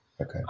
Okay